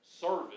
Service